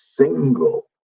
single